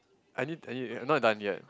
I need I need I'm not done yet